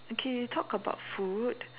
okay you talk about food